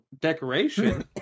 decoration